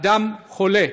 אדם חולה.